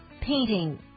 painting